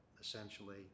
essentially